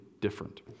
different